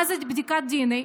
מה זה בדיקת דנ"א?